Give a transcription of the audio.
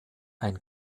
ein